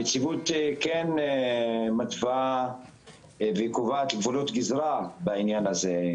הנציבות כן מתווה וקובעת גבולות גזרה בעניין הזה.